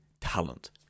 talent